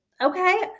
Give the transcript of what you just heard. okay